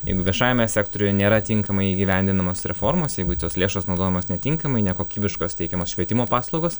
jeigu viešajame sektoriuje nėra tinkamai įgyvendinamos reformos jeigu tos lėšos naudojamos netinkamai nekokybiškos teikiamos švietimo paslaugos